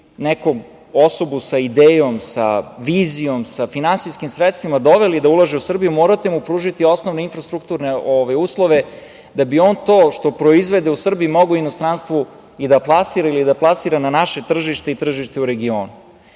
neku osobu sa idejom, sa vizijom, sa finansijskim sredstvima doveli da ulaže u Srbiju, morate mu pružiti osnovne infrastrukturne uslove da bi on to što proizvede u Srbiji mogao u inostranstvu i da plasira ili da plasira na naše tržište i tržište u regionu. Ono